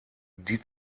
die